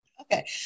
Okay